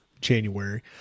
January